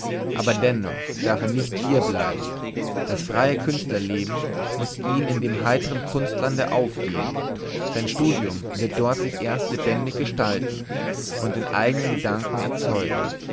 aber dennoch darf er nicht hier bleiben das freie künstlerleben muß ihm in dem heitern kunstlande aufgehen sein studium wird dort sich erst lebendig gestalten und den eignen gedanken erzeugen